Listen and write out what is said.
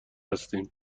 هستیم